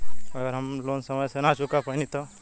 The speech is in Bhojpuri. अगर हम लोन समय से ना चुका पैनी तब?